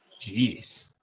Jeez